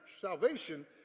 Salvation